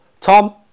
Tom